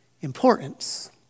importance